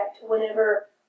whenever